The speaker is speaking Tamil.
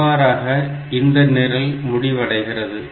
இவ்வாறாக இந்த நிரல் முடிவடைகிறது